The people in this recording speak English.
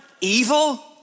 evil